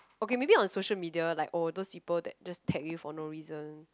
okay maybe on social media like oh those people that just tag you for no reason